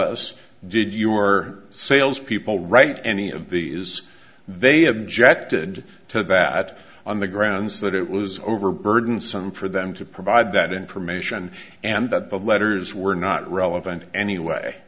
us did your salespeople write any of these they objected to that on the grounds that it was over burdensome for them to provide that information and that the letters were not relevant anyway